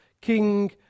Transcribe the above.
king